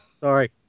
Sorry